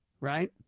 right